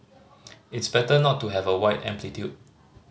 it's better not to have a wide amplitude